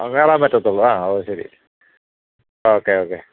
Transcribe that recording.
കയറാൻ പറ്റത്തുള്ളൂ ആ ഓ ശരി ഓക്കെ ഓക്കെ